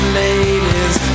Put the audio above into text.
ladies